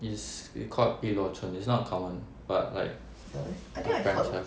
is it called 碧螺春 it's not common but like my parents have